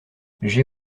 j’ai